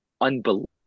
unbelievable